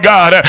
God